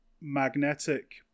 magnetic